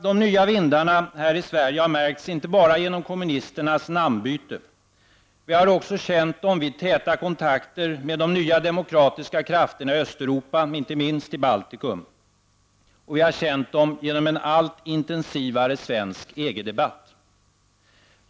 De nya vindarna har här i Sverige märkts inte bara genom kommunisternas namnbyte. Vi har också känt dem vid täta kontakter med de nya demokratiska krafterna i Östeuropa, inte minst i Baltikum. Vi har känt dem genom en allt intensivare svensk EG-debatt.